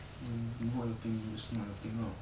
mm not your thing just not your thing lah